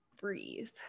breathe